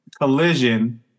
Collision